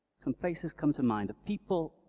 some faces come to mind people,